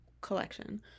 collection